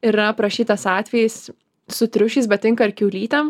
yra aprašytas atvejis su triušiais bet tinka ir kiaulytėm